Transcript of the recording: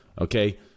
okay